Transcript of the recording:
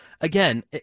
again